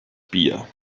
bier